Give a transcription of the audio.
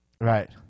Right